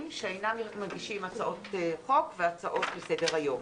שאינם מגישים הצעות חוק והצעות לסדר היום.